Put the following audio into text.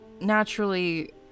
naturally